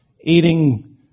eating